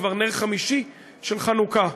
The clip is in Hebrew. כבר נר חמישי של חנוכה.